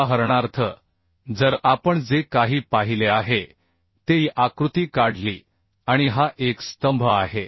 उदाहरणार्थ जर आपण जे काही पाहिले आहे ते ही आकृती काढली आणि हा एक स्तंभ आहे